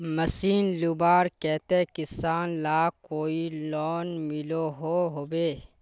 Machine लुबार केते किसान लाक कोई लोन मिलोहो होबे?